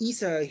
Isa